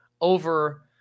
over